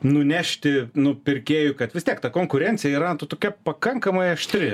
nunešti nu pirkėjui kad vis tiek ta konkurencija yra to tokia pakankamai aštri